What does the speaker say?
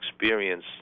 experience